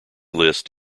list